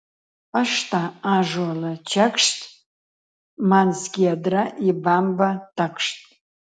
aš tą ąžuolą čekšt man skiedra į bambą takšt